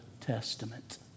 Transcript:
Testament